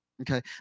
Okay